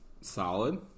solid